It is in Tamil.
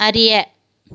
அறிய